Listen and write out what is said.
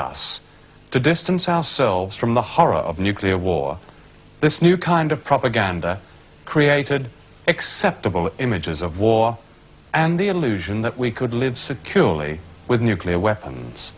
us to distance ourselves from the horror of nuclear war this new kind of propaganda created acceptable images of war and the illusion that we could live securely with nuclear weapons